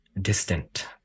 distant